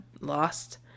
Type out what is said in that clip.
lost